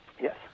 Yes